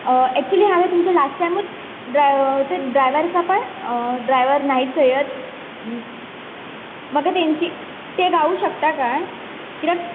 एकच्युली हांवें तुमचे लास्ट टायमूच ड्रायव ते ड्रायवर आसा पळय ड्रायवर नाइक सय्यद म्हाका तेंची ते गावूक शकता काय कित्याक